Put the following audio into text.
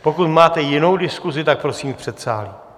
Pokud máte jinou diskusi, tak prosím v předsálí!